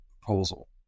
proposal